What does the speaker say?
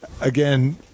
again